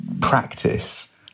practice